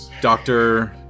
Doctor